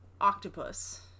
octopus